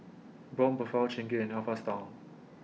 Braun Buffel Chingay and Alpha Style